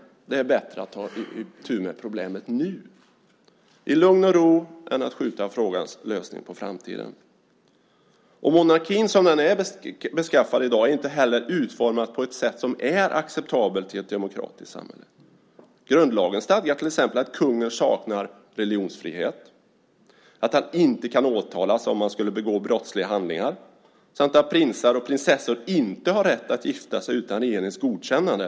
Det är bättre att ta itu med problemet nu, i lugn och ro, än att skjuta frågans lösning på framtiden. Monarkin som den i dag är beskaffad är inte utformad på ett sätt som är acceptabelt i ett demokratiskt samhälle. Grundlagen stadgar till exempel att kungen saknar religionsfrihet, att han inte kan åtalas om han skulle begå brottsliga handlingar samt att prinsar och prinsessor inte har rätt att gifta sig utan regeringens godkännande.